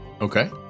Okay